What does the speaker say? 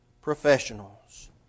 professionals